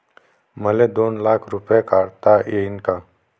मले दोन लाख रूपे काढता येईन काय?